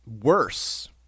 worse